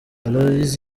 aloys